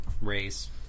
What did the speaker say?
Race